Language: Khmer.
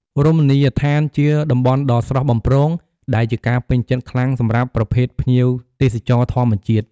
រមណីយដ្ឋានជាតំបន់ដ៏ស្រស់បំព្រង ដែលជាការពេញចិត្តខ្លាំងសម្រាប់ប្រភេទភ្ញៀវទេសចរធម្មជាតិ។